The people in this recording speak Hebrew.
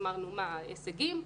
שאלנו, הישגים?